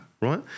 right